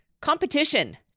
competition